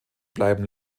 bleiben